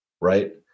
right